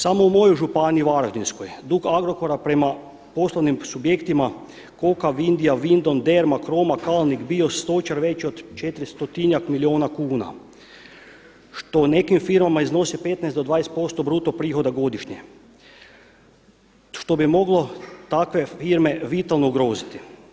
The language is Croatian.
Samo u mojoj županiji Varaždinskoj dug Agrokora prema poslovnim subjektima Koka, Vindija, Vindon, Derma, Kroma, Kalnik, … već od 400-tinjak milijuna kuna što u nekim firmama iznosi 15 do 20% bruto prihoda godišnje što bi moglo takve firme vitalno ugroziti.